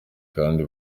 abandi